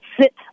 sit